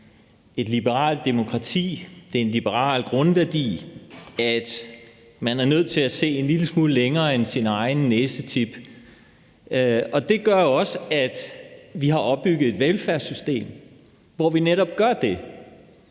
et liberalt demokrati, det er en liberal grundværdi, at man er nødt til at se en lille smule længere end til sin egen næsetip. Det gør også, at vi har opbygget et velfærdssystem, hvor vi netop gør det.